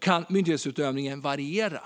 kan myndighetsutövningen variera.